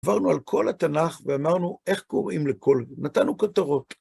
עברנו על כל התנ״ך, ואמרנו איך קוראים לכל... נתנו כותרות.